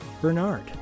Bernard